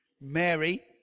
Mary